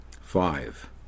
Five